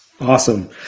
Awesome